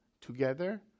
together